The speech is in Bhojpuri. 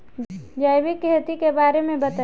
जैविक खेती के बारे में बताइ